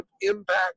impact